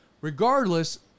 Regardless